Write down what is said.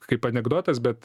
kaip anekdotas bet